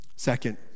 Second